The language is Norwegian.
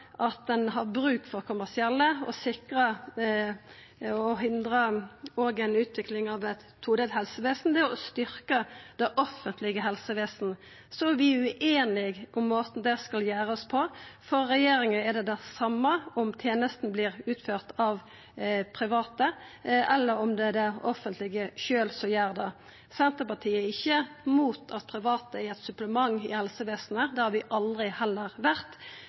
at ein har bruk for kommersielle, og for å hindra utviklinga av eit todelt helsevesen, er å styrkja det offentlege helsevesenet. Vi er ueinige om måten det skal gjerast på. For regjeringa er det det same om tenestene vert utførte av private, eller om det er det offentlege sjølv som gjer det. Senterpartiet er ikkje mot at private er eit supplement i helsevesenet – det har vi heller aldri